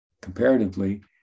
comparatively